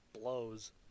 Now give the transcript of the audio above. blows